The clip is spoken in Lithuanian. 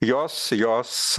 jos jos